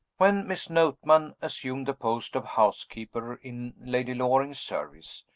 when miss notman assumed the post of housekeeper in lady loring's service,